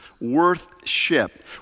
worth-ship